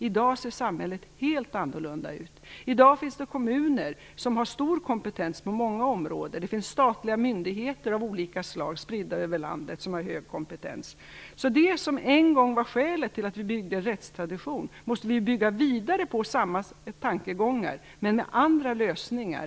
I dag ser samhället helt annorlunda ut. I dag finns kommuner som har en hög kompetens på många områden. Och det finns statliga myndigheter av olika slag - spridda över landet - som har en hög kompetens. Det som en gång var skälet till att vi fick vår rättstradition måste vi bygga vidare på. Det handlar om samma tankegångar men andra lösningar.